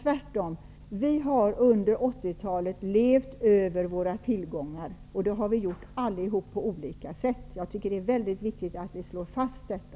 Vi har under 80-talet levt över våra tillgångar -- det har vi gjort allesammans på olika sätt. Jag tycker att det är väldigt viktigt att vi slår fast detta.